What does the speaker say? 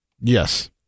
Yes